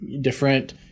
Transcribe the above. different